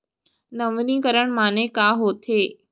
नवीनीकरण माने का होथे?